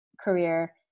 career